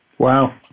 Wow